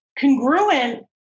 congruent